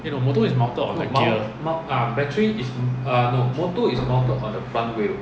eh no motor is mounted on the gear